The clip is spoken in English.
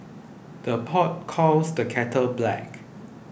the pot calls the kettle black